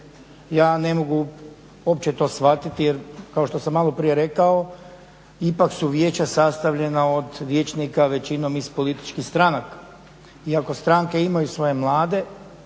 Ja ne mogu uopće to shvatiti jer kao što sam malo prije rekao ipak su vijeća sastavljena od vijećnika većinom iz političkih stranaka, iako stranke imaju svoje mlade